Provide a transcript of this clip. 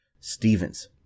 Stevens